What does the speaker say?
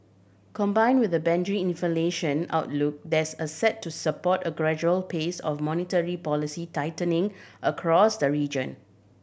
combined with a inflation outlook that's a set to support a gradual pace of monetary policy tightening across the region